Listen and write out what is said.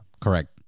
correct